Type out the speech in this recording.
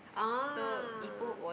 ah